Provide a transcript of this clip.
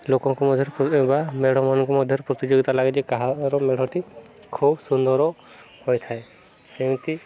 ଲୋକଙ୍କ ମଧ୍ୟରେ ବା ମେଢ଼ମାନଙ୍କୁ ମଧ୍ୟରେ ପ୍ରତିଯୋଗିତା ଲାଗେ ଯେ କାହାର ମେଢ଼ଟି ଖୁବ ସୁନ୍ଦର ହୋଇଥାଏ ସେମିତି